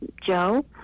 Joe